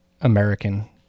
American